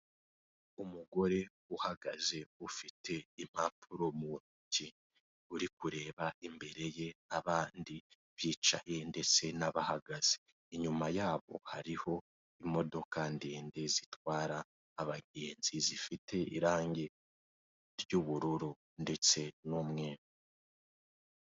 Umugore uhagaze ufite impapuro mu ntoki uri kureba imbere ye abandi bicaye ndetse n'abahagaze, inyuma yabo hariho imodoka ndende zitwara abagenzi zifite irange ry'ubururu ndetse n'umweru.